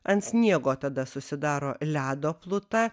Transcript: ant sniego tada susidaro ledo pluta